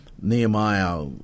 Nehemiah